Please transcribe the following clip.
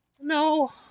no